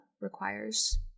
requires